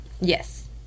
yes